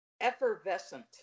Effervescent